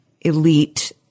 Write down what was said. elite